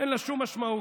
אין לה שום משמעות,